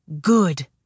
Good